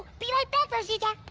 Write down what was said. be right back rosita.